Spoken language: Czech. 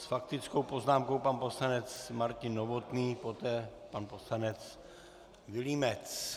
S faktickou poznámkou pan poslanec Martin Novotný, poté pan poslanec Vilímec.